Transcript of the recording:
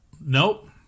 Nope